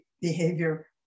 behavior